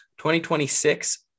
2026